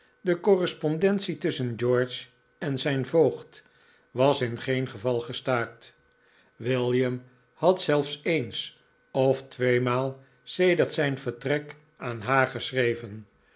de correspondentie tusschen george en zijn voogd was in geen geval gestaakt william had zelfs eens of tweemaal sedert zijn vertrek aan haar geschreven